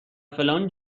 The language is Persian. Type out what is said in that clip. فلان